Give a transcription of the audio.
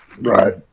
Right